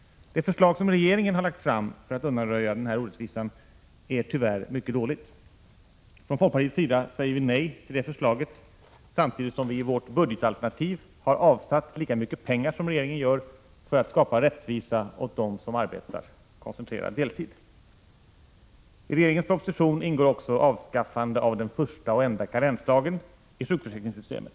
Det förslag som regeringen har lagt fram för att undanröja den här orättvisan är tyvärr mycket dåligt. Från folkpartiets sida säger vi nej till det förslaget, samtidigt som vi i vårt budgetalternativ har avsatt lika mycket pengar som regeringen för att skapa rättvisa åt dem som arbetar koncentrerad deltid. I regeringens proposition ingår också ett avskaffande av den första och enda karensdagen i sjukförsäkringssystemet.